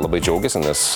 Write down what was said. labai džiaugiasi nes